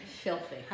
Filthy